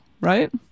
right